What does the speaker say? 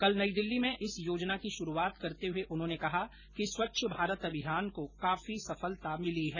कल नई दिल्ली में इस योजना की शुरूआत करते हुए उन्होंने कहा कि स्वच्छ भारत अभियान को काफी सफलता मिली है